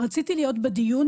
רציתי להיות בדיון,